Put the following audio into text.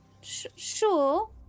Sure